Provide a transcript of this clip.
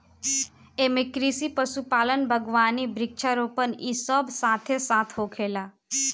एइमे कृषि, पशुपालन, बगावानी, वृक्षा रोपण इ सब साथे साथ होखेला